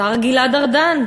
השר גלעד ארדן: